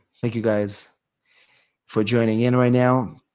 thank you, guys for joining in right now.